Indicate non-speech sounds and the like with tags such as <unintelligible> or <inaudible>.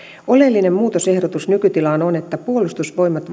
oleellinen muutosehdotus nykytilaan on että puolustusvoimat <unintelligible>